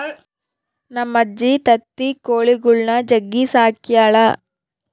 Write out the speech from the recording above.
ನಮ್ಮಜ್ಜಿ ತತ್ತಿ ಕೊಳಿಗುಳ್ನ ಜಗ್ಗಿ ಸಾಕ್ಯಳ